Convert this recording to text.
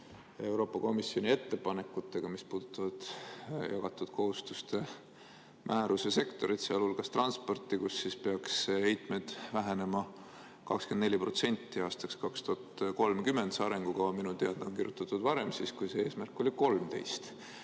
Euroopa Komisjoni ettepanekutega, mis puudutavad jagatud kohustuste määruse sektorit, sealhulgas transporti, kus peaks heitmed vähenema 24% aastaks 2030? See arengukava on minu teada kirjutatud varem, siis, kui eesmärk oli 13%.